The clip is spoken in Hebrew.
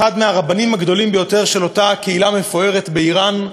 אחד מהרבנים הגדולים ביותר של אותה קהילה מפוארת באיראן,